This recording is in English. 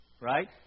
Right